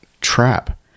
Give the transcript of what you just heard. trap